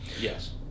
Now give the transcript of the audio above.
yes